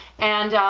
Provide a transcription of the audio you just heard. and